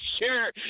sure